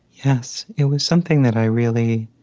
yes. it was something that i really